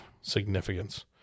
significance